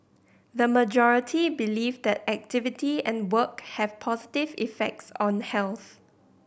the majority believe that activity and work have positive effects on health